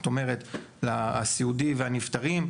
זאת אומרת לסיעודי ולנפטרים,